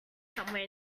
somewhere